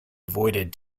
avoided